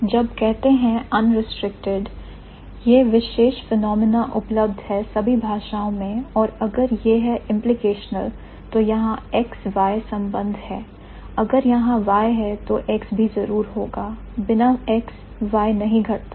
जब कहते हैं unrestricted यह विशेष फिनोमिना उपलब्ध है सभी भाषाओं में और अगर यह है implicational तो यहां X Y संबंध है अगर यहां Y है तो X भी जरूर होगा बिना X Y नहीं घटता